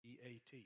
E-A-T